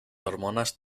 hormonas